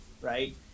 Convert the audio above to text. right